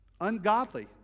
Ungodly